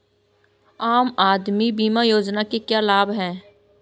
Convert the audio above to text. आम आदमी बीमा योजना के क्या लाभ हैं?